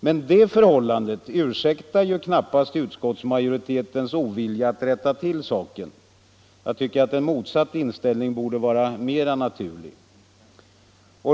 Men det förhållandet ursäktar ju knappast utskottsmajoritetens ovilja att rätta till saken. Jag tycker att den motsatta inställningen borde ha varit mera naturlig.